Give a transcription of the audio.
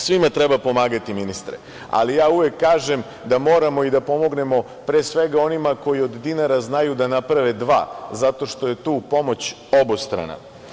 Svima treba pomagati ministre, ali ja uvek kažem da moramo i da pomognemo pre svega onima koji od dinara znaju da naprave dva, zato što je tu pomoć obostrana.